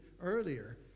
earlier